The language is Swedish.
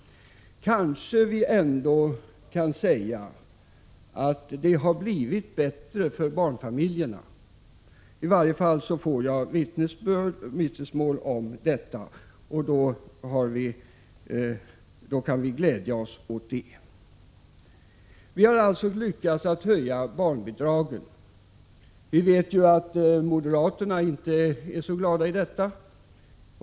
Kanske vi ändå kan säga att det har blivit bättre för barnfamiljerna. I varje fall får jag vittnesbörd om detta, och vi kan alltså glädja oss åt det. Vi har således lyckats höja barnbidragen. Vi vet att moderaterna inte är så glada åt det.